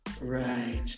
Right